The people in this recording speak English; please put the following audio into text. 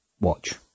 watch